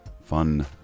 fun